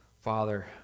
Father